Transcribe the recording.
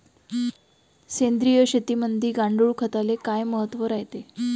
सेंद्रिय शेतीमंदी गांडूळखताले काय महत्त्व रायते?